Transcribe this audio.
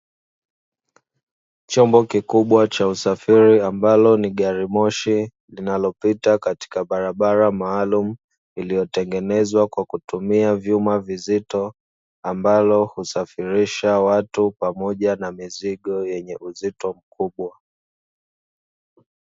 Chombo kikubwa cha usafiri ambacho ni gari moshi linalopita katika barabara maalum iliyotengenezwa kwa kutumia vyuma vizito, ambalo husafirisha watu pamoja na mizigo yenye uzito mkubwa.